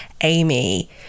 Amy